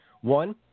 One